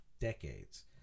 decades